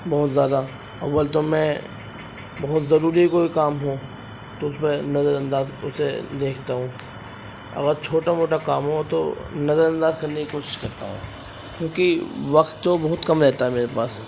بہت زیادہ اول تو میں بہت ضروری کوئی کام ہو تو اس میں نظر انداز اسے دیکھتا ہوں اگر چھوٹا موٹا کام ہو تو نظر انداز کرنے کی کوشش کرتا ہوں کیونکہ وقت تو بہت کم رہتا ہے میرے پاس